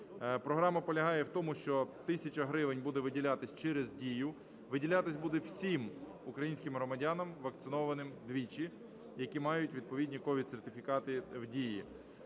Програма полягає в тому, що тисяча гривень буде виділятися через Дію, виділятися буде всім українським громадянам, вакцинованим двічі, які мають відповідні COVID-сертифікати в Дії.